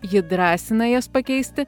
ji drąsina jas pakeisti